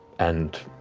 and,